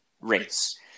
race